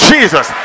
Jesus